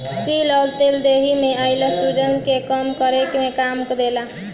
तिल कअ तेल देहि में आइल सुजन के कम करे में काम देला